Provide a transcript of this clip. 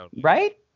Right